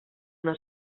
una